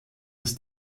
das